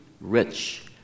rich